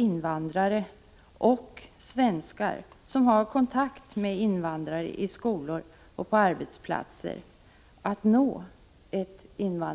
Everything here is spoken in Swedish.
invandrare och svenskar som har kontakt med invandrare i skolor och på arbetsplatser.